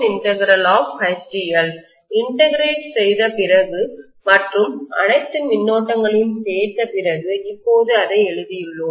integrate செய்த பிறகு மற்றும் அனைத்து மின்னோட்டங்களையும் சேர்த்த பிறகு இப்போது அதை எழுதியுள்ளோம்